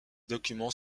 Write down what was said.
documents